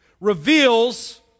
reveals